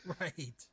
right